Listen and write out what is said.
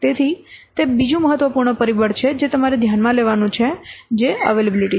તેથી તે બીજું મહત્વપૂર્ણ પરિબળ છે જે તમારે ધ્યાનમાં લેવાનું છે જે અવાયલેબિલીટી છે